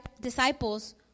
disciples